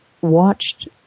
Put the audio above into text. watched